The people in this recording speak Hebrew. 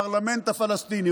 הפרלמנט הפלסטיני,